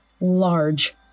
large